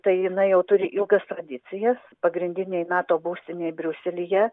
tai jinai jau turi ilgas tradicijas pagrindinėj nato būstinėj briuselyje